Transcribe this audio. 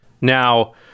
Now